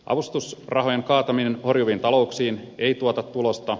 avustusrahojen kaataminen horjuviin talouksiin ei tuota tulosta